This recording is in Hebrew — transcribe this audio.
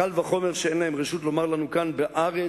קל וחומר שאין להם רשות לומר לנו כאן בארץ,